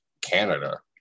Canada